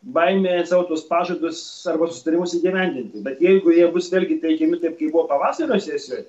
baimė savo tuos pažadus arba susitarimus įgyvendinti bet jeigu jie bus vėlgi teikiami taip kaip buvo pavasario sesijoj